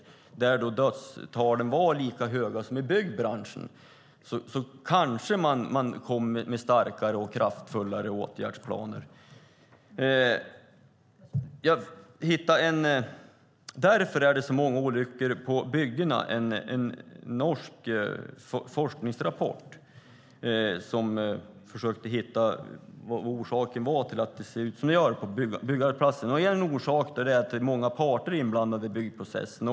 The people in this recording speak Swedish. Om dödstalen där skulle vara lika höga som i byggbranschen kanske man skulle komma med starkare och kraftfullare åtgärdsplaner. Jag hittade en norsk forskningsrapport, Därför är det så många olyckor på byggena , som försökte hitta orsaken till att det ser ut som det gör på byggarbetsplatser. En orsak är att det är många parter inblandade i byggprocessen.